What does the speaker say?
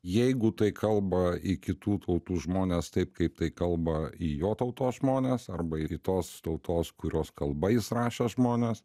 jeigu tai kalba ir kitų tautų žmones taip kaip tai kalba į jo tautos žmones arba ir į tos tautos kurios kalba jis rašo žmones